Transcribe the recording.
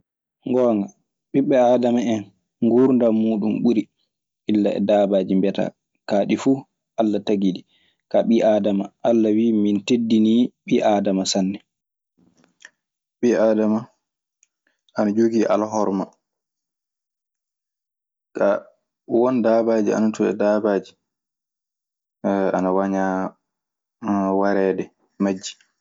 Gonga, ɓiɓɓe adama hen gurdam muɗum ɓuri dina e dabaji biata. ka ɗii fu alla taji ɗi, ka ɓi adama alla wi mi teddini bi adama sanne. Ɓi Aadama, ana jogii alhorma. Won dabbaaji ana toon e dabbaji, ana wañaa warede majji.